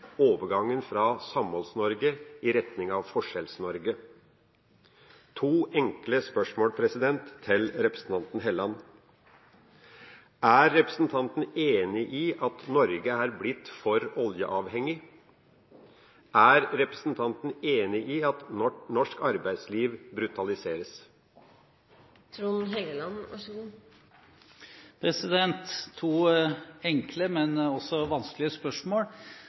overgangen fra Samholds-Norge i retning av Forskjells-Norge. Jeg har to enkle spørsmål til representanten Helleland: Er representanten enig i at Norge er blitt for oljeavhengig? Og er representanten enig i at norsk arbeidsliv brutaliseres? Dette er to enkle, men vanskelige spørsmål.